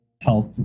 health